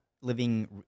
living